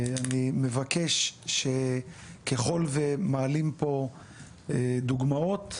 אני מבקש שככל ומעלים פה דוגמאות,